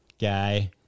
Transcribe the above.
guy